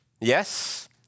Yes